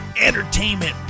entertainment